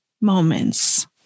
moments